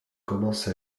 commence